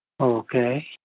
Okay